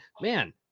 man